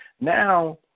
Now